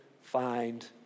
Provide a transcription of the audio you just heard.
find